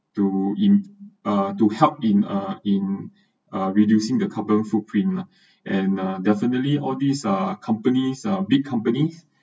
to in~ uh to help in uh in uh reducing the carbon footprint lah and uh definitely all these uh companies are big companies